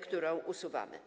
którą usuwamy.